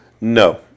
No